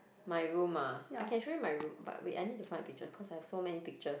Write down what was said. my room ah I can show you my room but wait I need to find the picture cause I've so many pictures